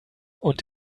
und